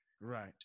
right